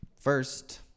First